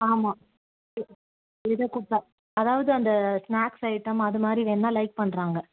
ஆமாம் எதைக் கொடுத்தா அதாவது அந்த ஸ்நாக்ஸ் ஐட்டம் அதும் மாதிரி வேணால் லைக் பண்ணுறாங்க